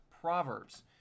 proverbs